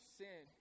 sin